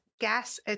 gas